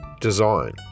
design